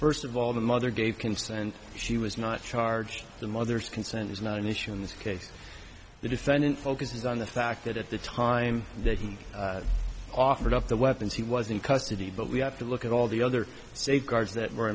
first of all the mother gave consent she was not charged the mother's consent is not an issue in this case the defendant focuses on the fact that at the time that he offered up the weapons he was in custody but we have to look at all the other safeguards that were